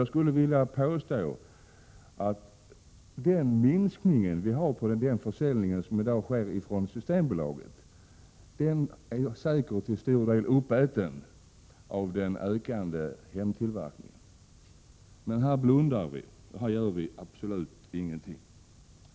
Jag skulle vilja påstå att minskningen av försäljningen från Systembolaget säkert till stor del är uppäten av den ökande hemtillverkningen, men här i riksdagen blundar vi och gör absolut ingenting.